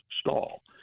stall